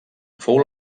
fou